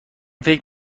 فکر